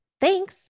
Thanks